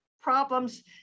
problems